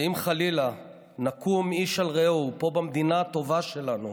שאם חלילה נקום איש על רעהו פה במדינה הטובה שלנו,